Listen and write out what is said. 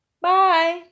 Bye